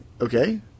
okay